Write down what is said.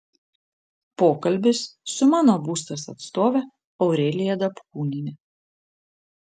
pokalbis su mano būstas atstove aurelija dapkūniene